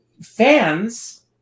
fans